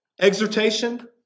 exhortation